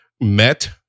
met